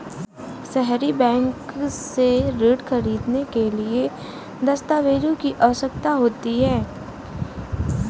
सहरी बैंक से ऋण ख़रीदने के लिए किन दस्तावेजों की आवश्यकता होती है?